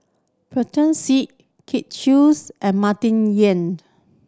Pritam Singh Kin Chuis and Martin Yan